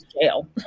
jail